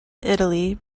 italy